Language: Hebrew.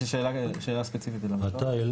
יש לי שאלה ספציפית אליו.